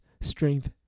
strength